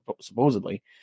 supposedly